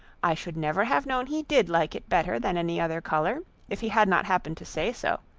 i should never have known he did like it better than any other colour, if he had not happened to say so.